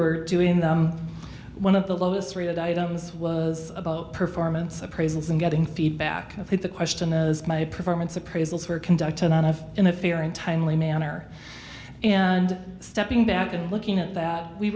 were doing one of the lowest rated items was about performance appraisals and getting feedback i think the question is my performance appraisals were conducted on have in a fair and timely manner and stepping back and looking at that we